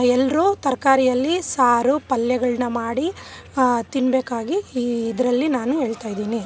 ಎಲ್ರು ತರಕಾರಿಯಲ್ಲಿ ಸಾರು ಪಲ್ಯಗಳನ್ನ ಮಾಡಿ ತಿನ್ಬೇಕಾಗಿ ಈ ಇದರಲ್ಲಿ ನಾನು ಹೇಳ್ತಾಯಿದ್ದೀನಿ